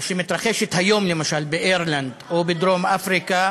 שמתרחשת היום למשל באירלנד, או בדרום אפריקה,